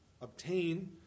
obtain